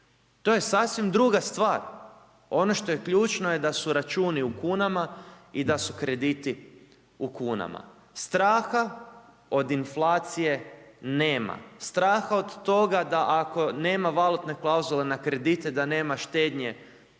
to je sasvim druga stvar, ono što je ključno je da su računi u kunama i da su krediti u kunama. Straha od inflacije nema. Straha od toga da ako nema valutne klauzule na kredite, da nema štednje